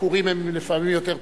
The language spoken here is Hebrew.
הביקורים הם לפעמים יותר תכופים.